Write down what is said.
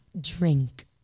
drink